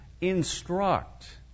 instruct